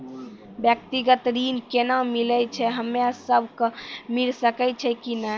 व्यक्तिगत ऋण केना मिलै छै, हम्मे सब कऽ मिल सकै छै कि नै?